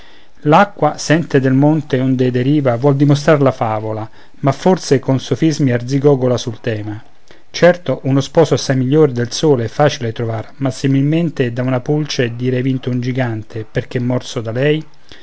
l'acqua sente del monte onde deriva vuol dimostrar la favola ma forse co sofismi arzigogola sul tema certo uno sposo assai miglior del sole è facile trovar ma similmente da una pulce dirai vinto un gigante perché morso da lei